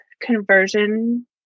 conversion